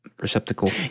receptacle